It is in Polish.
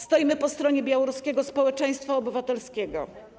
Stoimy po stronie białoruskiego społeczeństwa obywatelskiego.